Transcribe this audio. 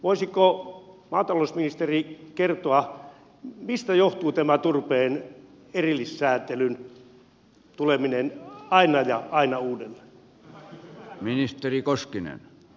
voisiko maatalousministeri kertoa mistä johtuu tämä turpeen erillissäätelyn tuleminen aina ja aina uudelleen